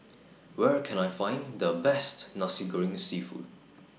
Where Can I Find The Best Nasi Goreng Seafood